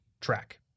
track